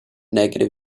negative